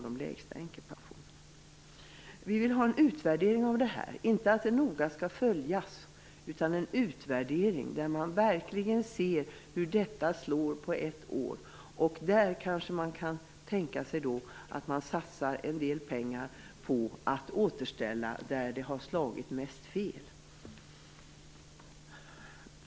Vi vill att beslutet skall utvärderas. Det skall inte noga följas, utan det bör ske en utvärdering som verkligen visar hur detta slår på ett år. Man kanske då kan tänka sig att satsa en del pengar på att återställa där det mest har slagit fel. Fru talman!